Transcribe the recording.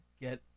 get